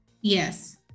yes